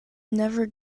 never